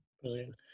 Brilliant